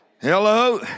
Hello